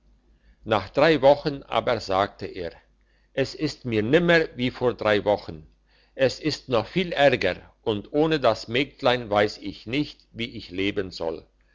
nach drei wochen aber sagte er es ist mir nimmer wie vor drei wochen es ist noch viel ärger und ohne das mägdlein weiss ich nicht wie ich leben soll